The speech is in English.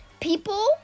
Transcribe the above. people